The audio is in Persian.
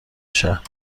شهر